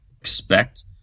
expect